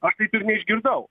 aš taip ir neišgirdau